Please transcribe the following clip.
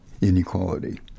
inequality